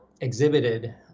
exhibited